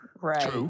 Right